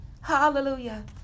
Hallelujah